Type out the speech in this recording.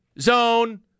zone